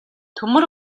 төмөр